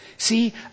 See